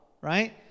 right